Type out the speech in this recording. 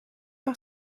par